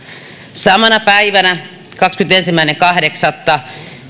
samana päivänä kahdeskymmenesensimmäinen kahdeksatta